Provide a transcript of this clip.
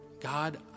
God